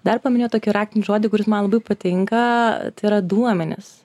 dar paminėjot tokį raktinį žodį kuris man labai patinka tai yra duomenys